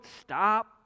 stop